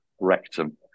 rectum